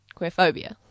queerphobia